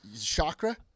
Chakra